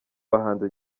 bahanzi